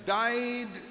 died